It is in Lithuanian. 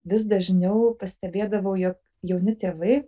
vis dažniau pastebėdavau jog jauni tėvai